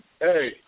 Hey